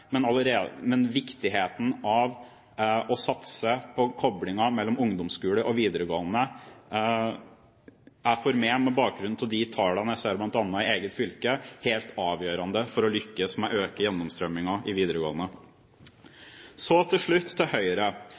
men viktigheten av å satse på koblingen mellom ungdomsskole og videregående er for meg, med bakgrunn i de tallene jeg ser bl.a. i eget fylke, helt avgjørende for å lykkes med å øke gjennomstrømmingen i videregående. Så til Høyre: